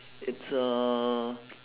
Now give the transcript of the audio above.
it's a